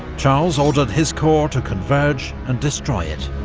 charles ordered his corps to converge and destroy it.